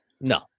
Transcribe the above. No